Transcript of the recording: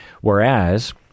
Whereas